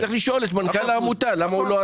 אז צריך לשאול את מנכ"לית העמותה למה היא לא עושה.